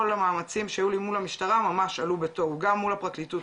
המאמצים שהיו לי מול המשטרה ממש עלו בתוהו גם מול הפרקליטות,